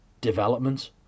development